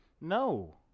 No